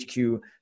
HQ